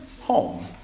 home